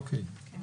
אוקיי.